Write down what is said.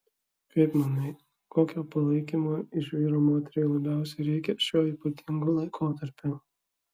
kaip manai kokio palaikymo iš vyro moteriai labiausiai reikia šiuo ypatingu laikotarpiu